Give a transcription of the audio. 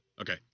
Okay